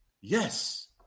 Yes